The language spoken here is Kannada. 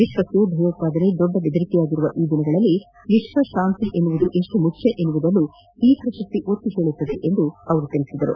ವಿಶ್ವಕ್ಷೆ ಭಯೋತ್ವಾದನೆ ದೊಡ್ಡ ಬೆದರಿಕೆಯಾಗಿರುವ ಈ ದಿನಗಳಲ್ಲಿ ವಿಶ್ವಶಾಂತಿ ಎಷ್ಟು ಮುಖ್ಯ ಎನ್ನುವುದನ್ನು ಈ ಪ್ರಶಸ್ತಿ ಒತ್ತಿಹೇಳುತ್ತದೆ ಎಂದರು